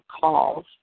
calls